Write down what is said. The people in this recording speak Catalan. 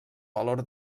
valor